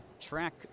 track